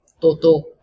Toto